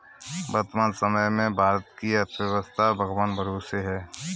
वर्तमान समय में भारत की अर्थव्यस्था भगवान भरोसे है